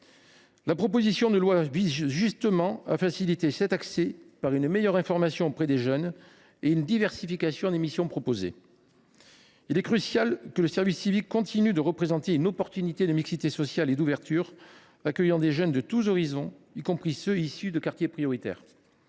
La proposition de loi vise justement à faciliter cet accès, par le biais du renforcement de l’information auprès des jeunes et de la diversification des missions proposées. Il est crucial que le service civique continue de représenter une opportunité de mixité sociale et d’ouverture, en accueillant des jeunes de tous les horizons, y compris ceux qui sont issus des quartiers prioritaires.